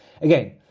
Again